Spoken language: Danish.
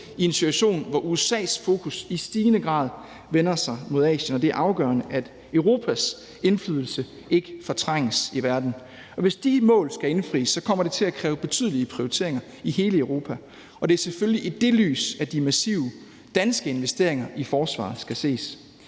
i en situation, hvor USA's fokus i stigende grad vender sig mod Asien. Det er afgørende, at Europas indflydelse ikke fortrænges i verden. Hvis de mål skal indfries, kommer det til at kræve betydelige prioriteringer i hele Europa. Og det er selvfølgelig i det lys, at de massive danske investeringer i forsvaret skal ses.